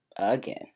again